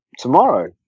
Tomorrow